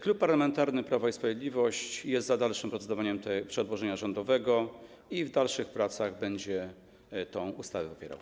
Klub Parlamentarny Prawo i Sprawiedliwość jest za dalszym procedowaniem nad przedłożeniem rządowym i w dalszych pracach będzie tę ustawę popierał.